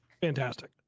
fantastic